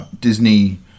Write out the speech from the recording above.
Disney